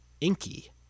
inky